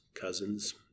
cousins